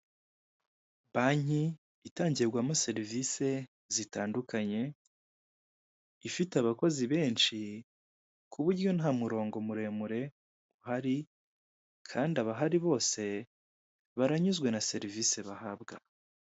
Banki itangirwamo serivisi zitandukanye, ifite abakozi benshi ku buryo nta murongo muremure uhari, kandi abahari bose baranyuzwe na serivisi bahabwa.